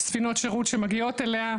ספינות שירות שמגיעות אליה,